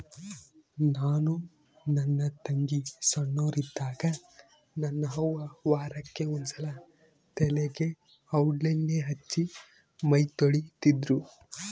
ನಾನು ನನ್ನ ತಂಗಿ ಸೊಣ್ಣೋರಿದ್ದಾಗ ನನ್ನ ಅವ್ವ ವಾರಕ್ಕೆ ಒಂದ್ಸಲ ತಲೆಗೆ ಔಡ್ಲಣ್ಣೆ ಹಚ್ಚಿ ಮೈತೊಳಿತಿದ್ರು